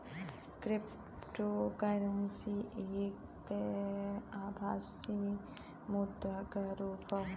cryptocurrency एक आभासी मुद्रा क रुप हौ